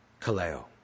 Kaleo